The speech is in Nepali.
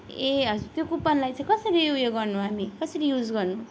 ए हजुर त्यो कुपनलाई चाहिँ कसरी उयो गर्नु हामी कसरी युज गर्नु